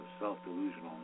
self-delusional